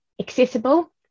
accessible